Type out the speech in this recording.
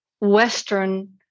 Western